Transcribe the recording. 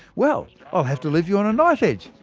well, i'll have to leave you on a knife-edge,